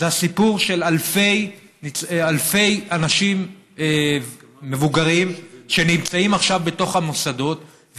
זה הסיפור של אלפי אנשים מבוגרים שנמצאים עכשיו בתוך המוסדות,